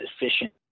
efficient